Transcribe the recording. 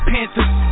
Panthers